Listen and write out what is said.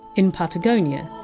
in patagonia,